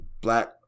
black